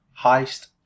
Heist